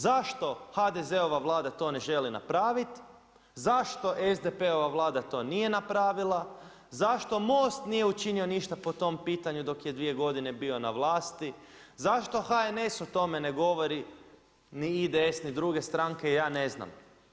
Zašto HDZ-ova Vlada to ne želi napraviti, zašto SDP-ova Vlada to nije napravila, zašto MOST nije učinio ništa po tom pitanju dok je dvije godine bio na vlasti, zašto HNS o tome ne govori ni IDS ni druge stranke, ja ne znam.